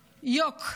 יוק,